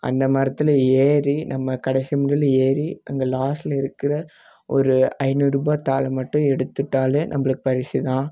அந்த மரத்தில் ஏறி நம்ம கடைசி முனையில் ஏறி அங்கே லாஸ்டில் இருக்கிற ஒரு ஐந்நூறு ரூபா தாளை மட்டும் எடுத்துவிட்டாலே நம்மளுக்கு பரிசு தான்